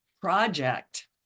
Project